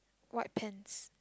white pants